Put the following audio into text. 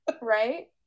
right